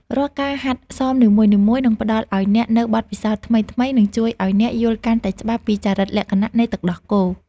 រាល់ការហាត់សមនីមួយៗនឹងផ្តល់ឱ្យអ្នកនូវបទពិសោធន៍ថ្មីៗ និងជួយឱ្យអ្នកយល់កាន់តែច្បាស់ពីចរិតលក្ខណៈនៃទឹកដោះគោ។